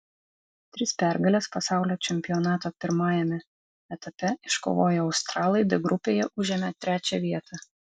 tris pergales pasaulio čempionato pirmajame etape iškovoję australai d grupėje užėmė trečią vietą